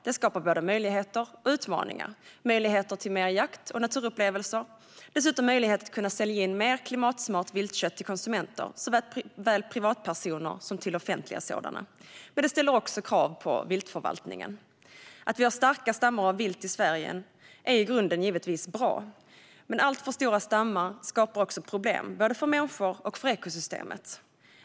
Det skapar både möjligheter och utmaningar. Det ger möjligheter till mer jakt och naturupplevelser. Det ger dessutom möjlighet att sälja mer klimatsmart viltkött till konsumenter, såväl till privatpersoner som till det offentliga. Men det ställer också krav på viltförvaltningen. Att vi har starka stammar av vilt i Sverige är i grunden givetvis bra, men alltför stora stammar skapar också problem, både för människor och för ekosystemet.